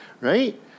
right